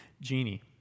genie